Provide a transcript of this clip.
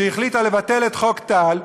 שהחליטה לבטל את חוק טל.